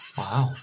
wow